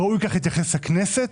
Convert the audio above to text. ראוי כך להתייחס לכנסת,